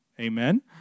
Amen